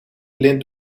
lint